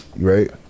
right